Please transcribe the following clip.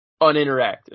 uninteractive